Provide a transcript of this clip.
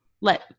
let